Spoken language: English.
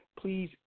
Please